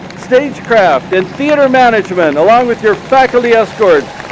stage craft and theatre management and along with your faculty escorts,